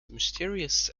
mysterious